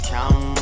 Count